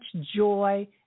joy